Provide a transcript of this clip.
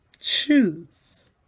shoes